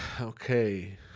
okay